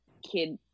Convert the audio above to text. kid